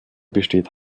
besteht